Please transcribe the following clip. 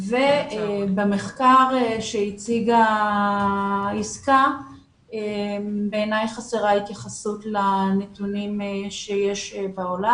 בעיניי במחקר שהציגה יסכה חסרה התייחסות לנתונים שיש בעולם.